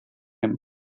him